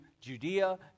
Judea